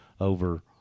over –